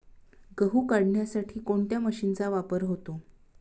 गहू काढण्यासाठी कोणत्या मशीनचा वापर होतो?